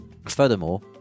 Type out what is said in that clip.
Furthermore